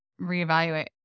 reevaluate